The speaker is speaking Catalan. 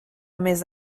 més